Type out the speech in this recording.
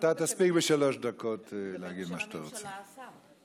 תספיק בשלוש דקות להגיד מה שאתה רוצה.